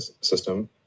system